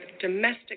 domestic